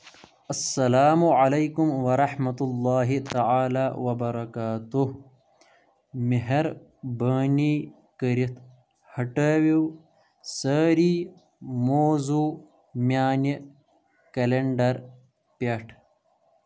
اسلام علیکم ورحمۃ اللہ تعالٰی وبرکاتہ مہربٲنی کٔرِتھ ہٹٲیِو سٲری موضوع میانہِ کلینڈر پیٹھ